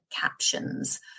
captions